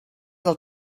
del